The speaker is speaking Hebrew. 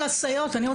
לסייעות היום